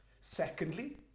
Secondly